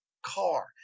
car